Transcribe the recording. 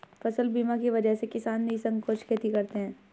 फसल बीमा की वजह से किसान निःसंकोच खेती करते हैं